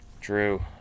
Drew